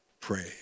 pray